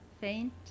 faint